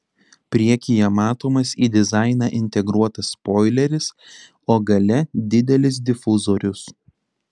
priekyje matomas į dizainą integruotas spoileris o gale didelis difuzorius